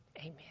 amen